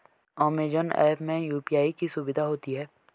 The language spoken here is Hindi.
अमेजॉन ऐप में यू.पी.आई की सुविधा होती है